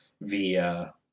via